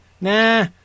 nah